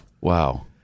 wow